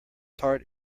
tart